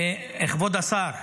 כבוד השר,